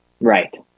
Right